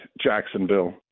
Jacksonville